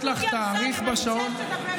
יש לך תאריך בשעון?